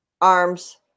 arms